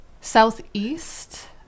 southeast